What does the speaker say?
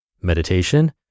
Meditation